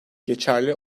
geçerli